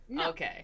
Okay